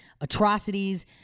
atrocities